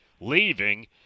leaving